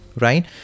right